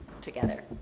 together